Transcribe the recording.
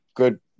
Good